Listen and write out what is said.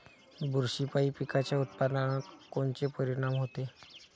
बुरशीपायी पिकाच्या उत्पादनात कोनचे परीनाम होते?